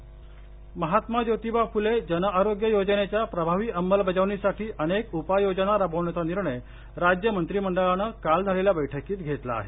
मंत्रिमंडळ निर्णय महात्मा ज्योतिबा फुले जन आरोग्य योजनेच्या प्रभावी अमलबजावणीसाठी अनेक उपाय योजना राबवण्याचा निर्णय राज्य मंत्रिमंडळानं काल झालेल्या बैठकीत घेतला आहे